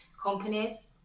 Companies